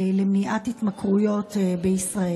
למניעת התמכרויות בישראל?